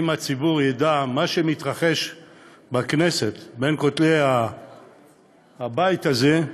שהציבור ידע, מה מתרחש בכנסת, בין כותלי הבית הזה,